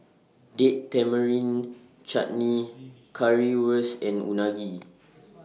Date Tamarind Chutney Currywurst and Unagi